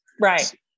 Right